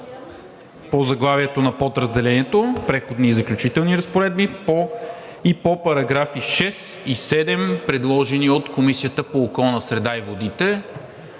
по заглавието на Подразделението „Преходни и заключителни разпоредби“ и по параграфи 6 и 7, предложени от Комисията по околната среда и водите.